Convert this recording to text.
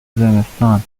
زمستان